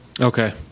Okay